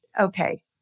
okay